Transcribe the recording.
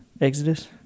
Exodus